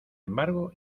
embargo